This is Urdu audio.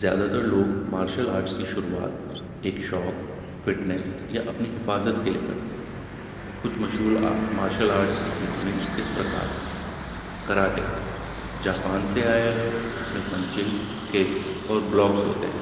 زیادہ تر لوگ مارشل آرٹس کی شروعات ایک شوق فٹنس یا اپنی حفاظت کے لیے کرتے ہیں کچھ مشہور مارشل آرٹس کی قسمیں اس پرکار ہے کراٹے جاپان سے آیا ہے اس میں پنچیز کیکس اور بلاکس ہوتے ہیں